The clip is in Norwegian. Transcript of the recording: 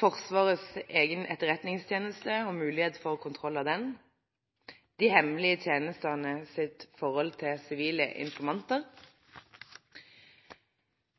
Forsvarets egen etterretningstjeneste og mulighet for kontroll av den, og de hemmelige tjenestenes forhold til sivile informanter.